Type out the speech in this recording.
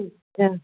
ठीक है